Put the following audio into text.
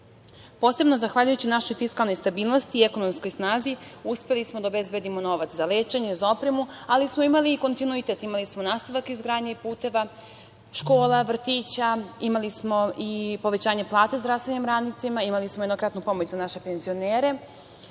bolje. Posebno zahvaljujući našoj fiskalnoj stabilnosti i ekonomskoj snazi uspeli smo da obezbedimo novac za lečenje, za opremu, ali smo imali kontinuitet, imali smo nastavak izgradnje puteva, škola, vrtića, imali smo i povećanje plata zdravstvenim radnicima, imali smo jednokratnu pomoć za naše penzionere.